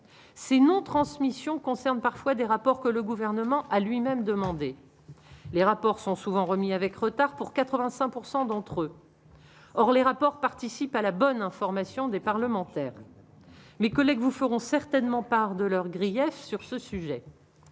ces non-transmission concernent parfois des rapports que le gouvernement a lui-même demandé, les rapports sont souvent remis avec retard pour 85 pourcent d'entre eux, or les rapports participe à la bonne information des parlementaires mes collègues vous feront certainement par de leurs griefs sur ce sujet,